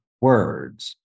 words